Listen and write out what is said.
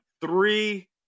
three